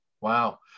Wow